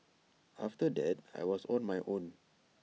after that I was on my own